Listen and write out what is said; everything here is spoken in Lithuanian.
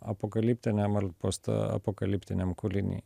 apokaliptiniam ar postapokaliptiniam kūliny